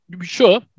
sure